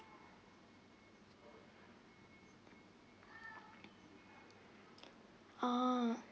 uh